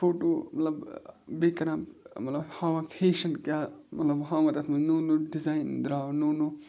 photo ملب بیٚیہِ کَران مطلب ہاوان فیشَن کیٛاہ ملب ہاوان تَتھ منٛز نوٚو نوٚو ڈِزایِن درٛاو نوٚو نوٚو